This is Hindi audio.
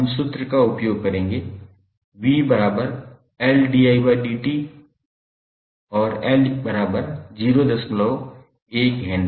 हम सूत्र का उपयोग करेंगे 𝑣𝐿𝑑𝑖𝑑𝑡 और 𝐿01 H